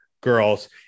girls